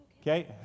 Okay